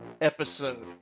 episode